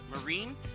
marine